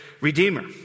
redeemer